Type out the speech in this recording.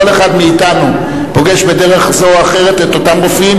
כל אחד מאתנו פוגש בדרך זו או אחרת את אותם רופאים,